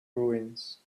ruins